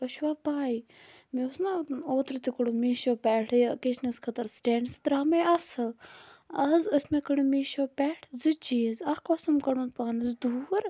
تۄہہِ چھُوا پَے مےٚ اوس نا اوترٕ تہِ کوٚڑُم میٖشو پٮ۪ٹھ یہِ کِچنَس خٲطرٕ سِٹینٛڈ سُہ درٛاو مےٚ اصٕل آز ٲسۍ مےٚ کٔڑٕم میٖشو پٮ۪ٹھ زٕ چیٖز اَکھ اوسُم کوٚڑمُت پانَس دوٗر